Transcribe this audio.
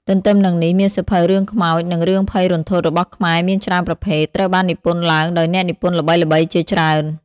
ទន្ទឹមនឹងនេះ មានសៀវភៅរឿងខ្មោច និងរឿងភ័យរន្ធត់របស់ខ្មែរមានច្រើនប្រភេទ ត្រូវបាននិពន្ធឡើងដោយអ្នកនិពន្ធល្បីៗជាច្រើន។